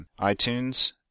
iTunes